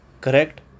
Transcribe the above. correct